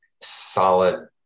solid